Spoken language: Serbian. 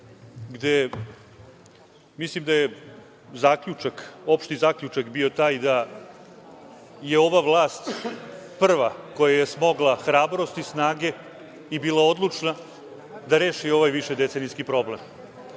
gde mislim da je zaključak, opšti zaključak bio taj da je ova vlast prva koja je smogla hrabrosti, snage i bila odlučna da reši ovaj višedecenijski problem. Sa